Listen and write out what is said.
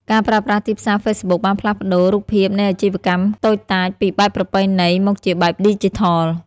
ការប្រើប្រាស់ទីផ្សារហ្វេសប៊ុកបានផ្លាស់ប្តូររូបភាពនៃអាជីវកម្មតូចតាចពីបែបប្រពៃណី មកជាបែបឌីជីថល។